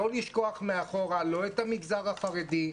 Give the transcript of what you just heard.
לא לשכוח מאחורה לא את המגזר החרדי,